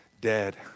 dead